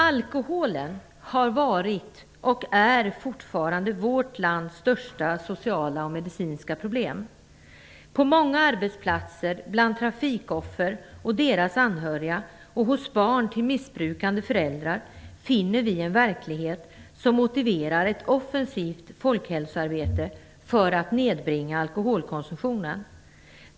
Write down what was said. Alkoholen har varit och är fortfarande vårt lands största sociala och medicinska problem. På många arbetsplatser, bland trafikoffer och deras anhöriga och hos barn till missbrukande föräldrar finner vi en verklighet som motiverar ett offensivt folkhälsoarbete för att nedbringa alkoholkonsumtionen.